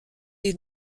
est